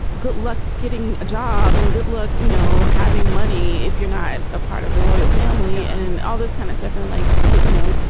good luck getting a job and good luck, you know, having money. if you're not a part of the royal family and all this kind of stuff and like get you know,